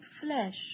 flesh